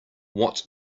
what